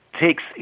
takes